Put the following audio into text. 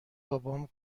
بابام